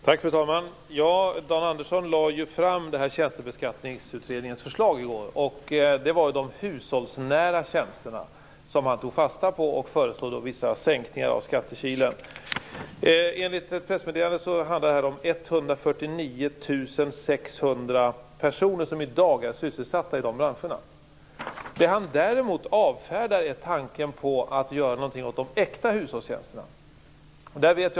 Fru talman! Dan Andersson lade fram Tjänstebeskattningsutredningens förslag i går. Utredningen tog fasta på de hushållsnära tjänsterna, och föreslog vissa sänkningar av skattekilen. Enligt ett pressmeddelande handlar det om 149 600 personer som i dag är sysselsatta i de här branscherna. Utredningen avfärdar däremot tanken på att göra någonting åt de äkta hushållstjänsterna.